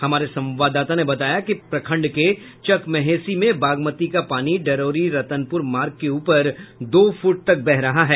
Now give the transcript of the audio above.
हमारे संवाददाता ने बताया कि प्रखंड के चकमहेसी में बागमती का पानी डरोरी रतनपुर मार्ग के ऊपर दो फुट तक बह रहा है